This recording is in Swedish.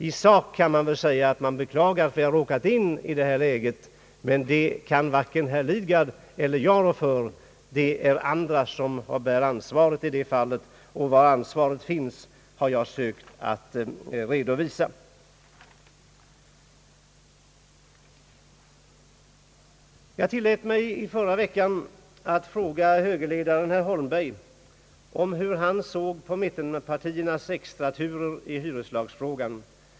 I sak kan man säga att vi beklagar att vi råkat in i detta läge, men det kan varken herr Lidgard eller jag rå för — det är andra som bär ansvaret i det fallet, och var ansvaret finns har jag sökt redovisa. Jag tillät mig i förra veckan fråga högerledaren, herr Holmberg, om hur han såg på mittenpartiernas extraturer i hyreslagsfrågan.